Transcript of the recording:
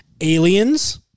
aliens